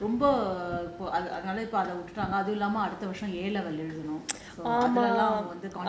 அதுனால ரொம்ப அதுனால இப்போ அத விட்டுடாங்க அது இல்லாம எழுதணும்:athunaala romba athunaala ippo atha vittutaanga athu ilaama eluthanum